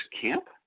camp